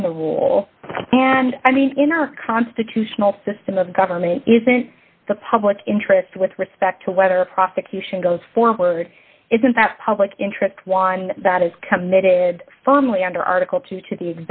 in the will and i mean in our constitutional system of government you think the public interest with respect to whether a prosecution goes forward is in fact public interest one that is committed firmly under article two to the